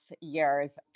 years